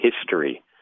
history